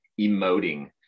emoting